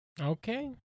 Okay